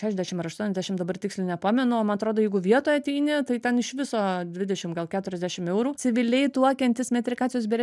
šešdešim ar aštuoniasdešim dabar tiksliai nepamenu man atrodo jeigu vietoj ateini tai ten iš viso dvidešim gal keturiasdešim eurų civiliai tuokiantis metrikacijos biure